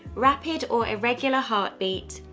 rapid or irregular heartbeat,